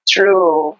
True